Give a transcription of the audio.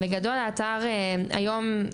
בגדול האתר היום,